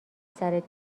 سرت